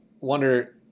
wonder